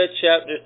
chapter